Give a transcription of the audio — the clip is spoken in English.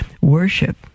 Worship